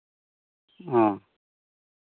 ᱚ